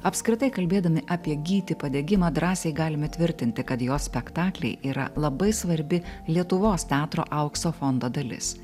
apskritai kalbėdami apie gytį padegimą drąsiai galime tvirtinti kad jo spektakliai yra labai svarbi lietuvos teatro aukso fondo dalis